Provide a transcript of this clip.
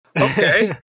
okay